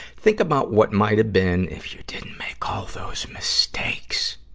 think about what might have been if you didn't make all those mistakes!